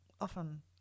often